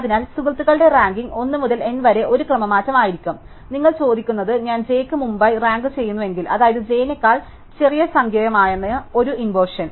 അതിനാൽ സുഹുർത്തകളുടെ റാങ്കിംഗ് 1 മുതൽ n വരെ ഒരു ക്രമമാറ്റം ആയിരിക്കും നിങ്ങൾ ചോദിക്കുന്നത് ഞാൻ j ന് മുമ്പായി റാങ്ക് ചെയ്യുകയാണെങ്കിൽ അതായത് j നേക്കാൾ ചെറിയ സംഖ്യയാണ് ഒരു ഇൻവെർഷൻ